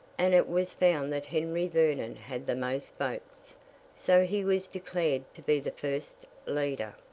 and it was found that henry vernon had the most votes so he was declared to be the first leader.